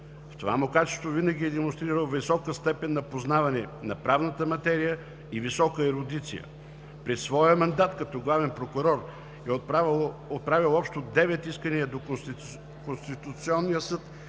В това му качество винаги е демонстрирал висока степен на познаване на правната материя и висока ерудиция. През своя мандат като главен прокурор е отправил общо девет искания до Конституционния съд